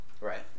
Right